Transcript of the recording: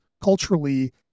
culturally